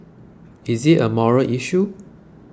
is it a moral issue